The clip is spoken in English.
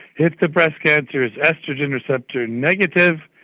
if the breast cancer is oestrogen receptor negative,